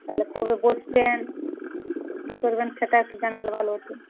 তালে কবে বসবেন কি করবেন সেটা একটু জানালে ভালো হত